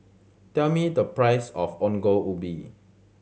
tell me the price of Ongol Ubi